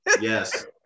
yes